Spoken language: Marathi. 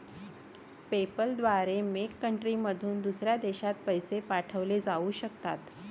पेपॅल द्वारे मेक कंट्रीमधून दुसऱ्या देशात पैसे पाठवले जाऊ शकतात